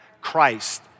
Christ